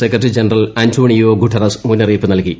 secretary general Antonio Guterres മുന്നറിയിപ്പ് നല്കി